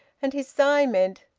and his sigh meant,